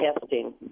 testing